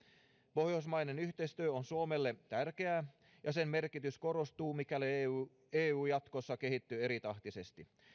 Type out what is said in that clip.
pohjoismainen yhteistyö on suomelle tärkeää ja sen merkitys korostuu mikäli eu eu jatkossa kehittyy eritahtisesti